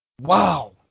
Wow